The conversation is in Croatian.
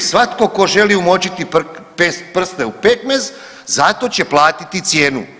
Svatko tko želi umočiti prste u pekmez za to će platiti cijenu.